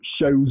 shows